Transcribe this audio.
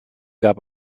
gab